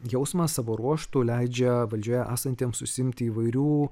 jausmas savo ruožtu leidžia valdžioje esantiems užsiimti įvairių